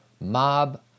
mob